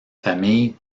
famille